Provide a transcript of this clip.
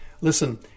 Listen